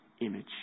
image